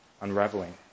Unraveling